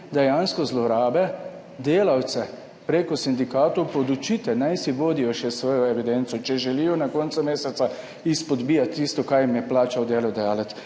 zlorabe, delavce prek sindikatov podučite, naj si vodijo še svojo evidenco, če želijo na koncu meseca izpodbijati tisto, kar jim je plačal delodajalec.